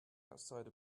outside